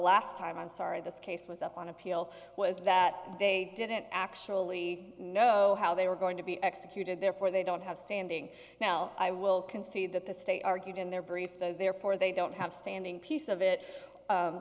last time i'm sorry this case was up on appeal was that they didn't actually know how they were going to be executed therefore they don't have standing now i will concede that the state argued in their brief therefore they don't have standing piece of it